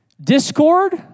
Discord